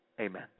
amen